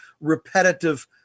repetitive